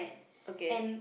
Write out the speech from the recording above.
okay